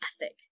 ethic